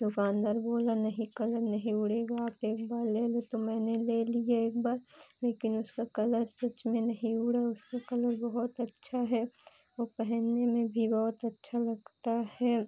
दुकानदार बोला नहीं कलर नहीं उड़ेगा आप एक बार ले लो तो मैंने ले लिए एक बार लेकिन उसका कलर तो सच में नहीं उड़ा उसका कलर बहुत अच्छा है वह पहनने में भी बहुत अच्छा लगता है